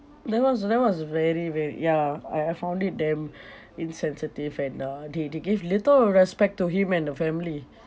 that was that was very very ya I I found it damn insensitive and uh they they gave little respect to him and the family